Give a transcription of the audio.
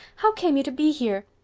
how came you to be here?